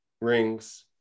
rings